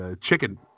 chicken